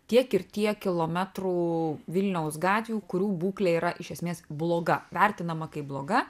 tiek ir tiek kilometrų vilniaus gatvių kurių būklė yra iš esmės bloga vertinama kaip bloga